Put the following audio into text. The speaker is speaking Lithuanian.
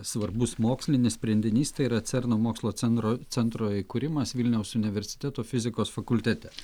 svarbus mokslinis sprendinys tai yra cerno mokslo centro centro įkūrimas vilniaus universiteto fizikos fakultete